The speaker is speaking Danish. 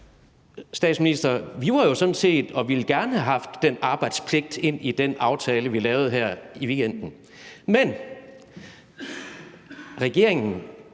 statsminister, have haft den arbejdspligt ind i den aftale, vi lavede her i weekenden, men regeringen